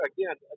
Again